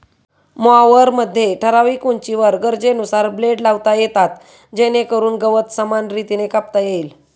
मॉवरमध्ये ठराविक उंचीवर गरजेनुसार ब्लेड लावता येतात जेणेकरून गवत समान रीतीने कापता येईल